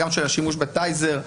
גם של השימוש בטייזר,